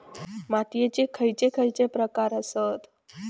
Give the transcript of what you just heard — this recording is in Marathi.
मातीयेचे खैचे खैचे प्रकार आसत?